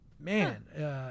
Man